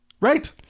Right